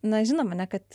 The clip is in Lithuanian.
na žinoma ne kad